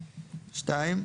(2)